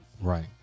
Right